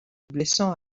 blessant